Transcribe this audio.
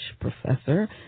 professor